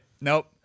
Nope